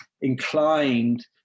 inclined